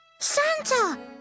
Santa